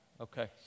Okay